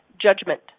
judgment